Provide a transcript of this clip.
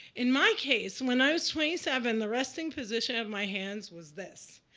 in my case, when i was twenty seven, the resting position of my hands was this.